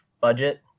budget